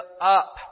up